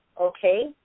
Okay